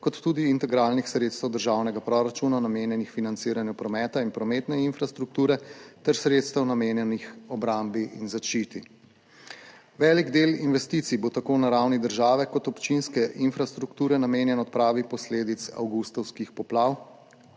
kot tudi integralnih sredstev državnega proračuna, namenjenih financiranju prometa in prometne infrastrukture ter sredstev namenjenih obrambi in zaščiti. Velik del investicij bo, tako na ravni države kot občinske infrastrukture, namenjen odpravi posledic avgustovskih poplav.